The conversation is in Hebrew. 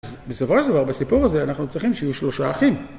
בסופו של דבר, בסיפור הזה אנחנו צריכים שיהיו שלושה אחים.